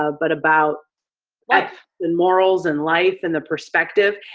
ah but about life. and morals and life and the perspective.